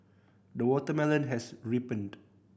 the watermelon has ripened